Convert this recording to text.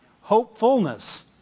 Hopefulness